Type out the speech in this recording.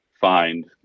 find